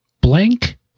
Blank